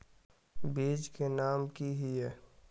बीज के नाम की हिये?